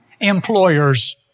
employers